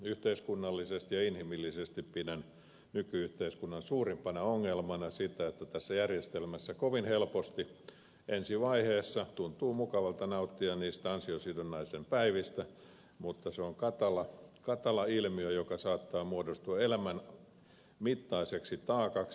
yhteiskunnallisesti ja inhimillisesti pidän nyky yhteiskunnan suurimpana ongelmana sitä että tässä järjestelmässä kovin helposti ensi vaiheessa tuntuu mukavalta nauttia niistä ansiosidonnaisen päivistä mutta se on katala ilmiö joka saattaa muodostua elämän mittaiseksi taakaksi